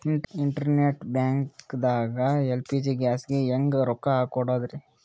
Internet banking ದಾಗ LPG ಗ್ಯಾಸ್ಗೆ ಹೆಂಗ್ ರೊಕ್ಕ ಕೊಡದ್ರಿ?